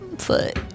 foot